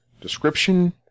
description